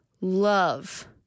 love